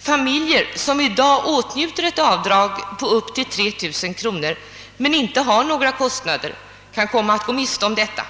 familjer som i dag åtnjuter ett avdrag på 3 000 kronor men icke har några kostnader kan komma att gå miste om detta.